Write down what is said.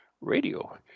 Radio